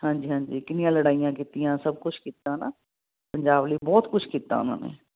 ਹਾਂਜੀ ਹਾਂਜੀ ਕਿੰਨੀਆਂ ਲੜਾਈਆਂ ਕੀਤੀਆਂ ਸਭ ਕੁਛ ਕੀਤਾ ਨਾ ਪੰਜਾਬ ਲਈ ਬਹੁਤ ਕੁਛ ਕੀਤਾ ਉਹਨਾਂ ਨੇ